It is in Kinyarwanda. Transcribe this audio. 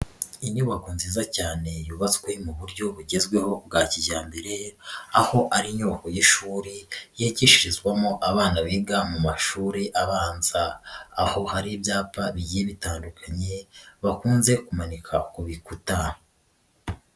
Inyubako nziza cyane yubatswe mu buryo bugezweho bwa kijyambere, aho ari inyubako y'ishuri yikishirizwamo abana biga mu mashuri abanza, aho hari ibyapa bigiye bitandukanye bakunze kumanika bikuta.